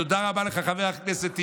תודה רבה לך, חבר הכנסת טיבי.